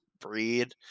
breed